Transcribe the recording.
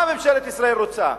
מה ממשלת ישראל רוצה?